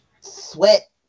sweat